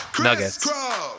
nuggets